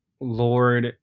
Lord